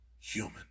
human